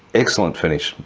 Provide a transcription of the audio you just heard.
excellent finish.